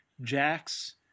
Jack's